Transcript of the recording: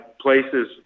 places